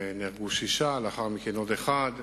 נהרגו שישה ולאחר מכן עוד אחד,